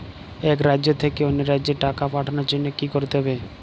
এক রাজ্য থেকে অন্য রাজ্যে টাকা পাঠানোর জন্য কী করতে হবে?